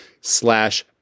slash